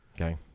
Okay